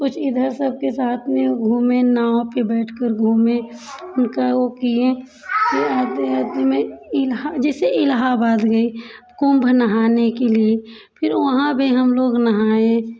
कुछ इधर सब के साथ में घूमें नाव पे बैठ कर घूमे उनका वो किए जैसे इलाहाबाद गई कुम्भ नहाने के लिए फिर वहाँ भी हम लोग नहाए